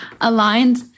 aligned